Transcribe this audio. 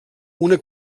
una